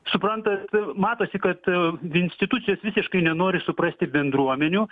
suprantat matosi kad institucijos visiškai nenori suprasti bendruomenių